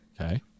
Okay